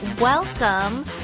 Welcome